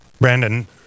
Brandon